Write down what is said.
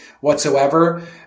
whatsoever